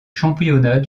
championnats